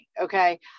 okay